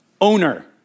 Owner